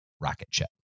Rocketship